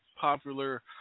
popular